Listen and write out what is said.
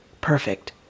perfect